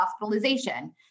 hospitalization